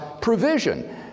provision